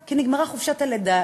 כי נגמרה חופשת הלידה,